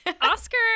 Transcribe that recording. Oscar